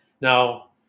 now